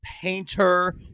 painter